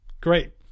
great